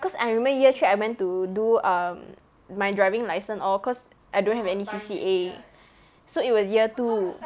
cause I remember year three I went to do um my driving license hor cause I don't have any C_C_A so it was year two